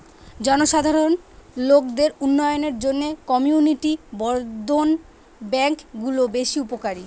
জনসাধারণ লোকদের উন্নয়নের জন্যে কমিউনিটি বর্ধন ব্যাংক গুলো বেশ উপকারী